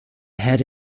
head